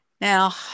Now